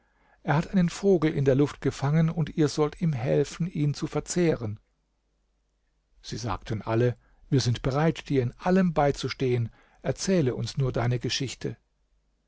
er hat einen vogel in der luft gefangen und ihr sollt ihm helfen ihn zu verzehren sie sagten alle wir sind bereit dir in allem beizustehen erzähle uns nur deine geschichte